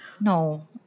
No